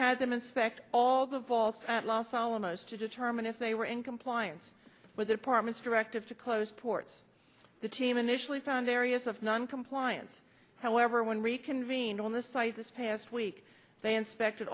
has them inspect all the vaults at los alamos to determine if they were in compliance with apartments directives to close ports the team initially found areas of noncompliance however when reconvene on this site this past week they inspect